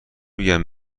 بگم